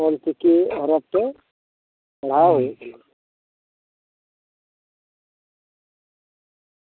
ᱚᱞᱪᱤᱠᱤ ᱦᱚᱨᱚᱯᱷ ᱛᱮ ᱯᱟᱲᱦᱟᱣ ᱦᱩᱭᱩᱜ ᱠᱟᱱᱟ